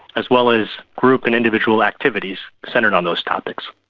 as well as group and individual activities centred on those topics.